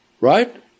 Right